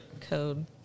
code